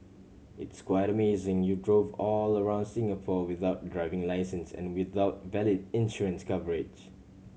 it's quite amazing you drove all around Singapore without driving licence and without valid insurance coverage